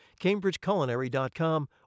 cambridgeculinary.com